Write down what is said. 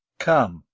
come,